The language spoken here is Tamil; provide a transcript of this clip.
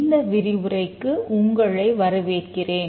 இந்த விரிவுரைக்கு உங்களை வரவேற்கிறேன்